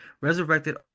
Resurrected